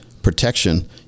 protection